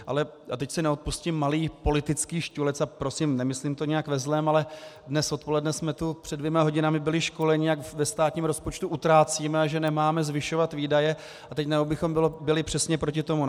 Ale teď si neodpustím malý politický štulec a prosím, nemyslím to nijak ve zlém, ale dnes odpoledne jsme tu před dvěma hodinami byli školeni, jak ve státním rozpočtu utrácíme, že nemáme zvyšovat výdaje, a teď najednou bychom byli přesně proti tomu.